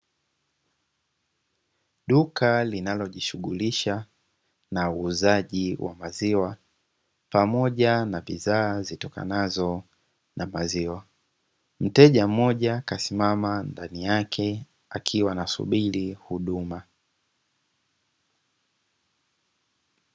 Duka linalojishughulisha na uuzaji wa maziwa pamoja na bidhaa zitokanazo na maziwa, mteja mmoja kasimama ndani yake akiwa anasubiri huduma.